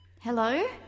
Hello